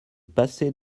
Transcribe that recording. passer